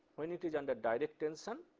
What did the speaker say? when it is under direct tension,